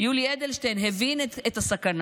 יולי אדלשטיין, הבין את הסכנה.